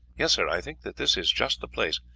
yes, sir, i think that this is just the place.